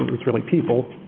it's really people,